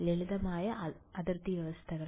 ലളിതമായ അതിർത്തി വ്യവസ്ഥകൾ